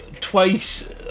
twice